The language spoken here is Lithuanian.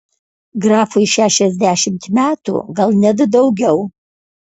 grafui šešiasdešimt metų gal net daugiau